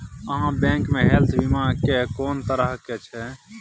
आहाँ बैंक मे हेल्थ बीमा के कोन तरह के छै?